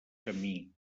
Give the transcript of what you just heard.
camí